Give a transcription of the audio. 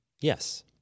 Yes